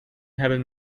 hebben